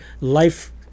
life